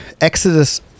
Exodus